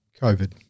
COVID